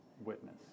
witness